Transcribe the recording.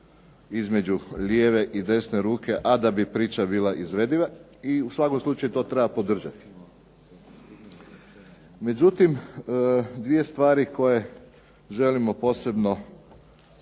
između lijeve i desne ruke, a da bi priča bila izvediva. U svakom slučaju to treba podržati. Međutim, dvije stvari koje želimo posebno